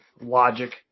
logic